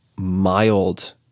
mild